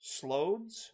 Slodes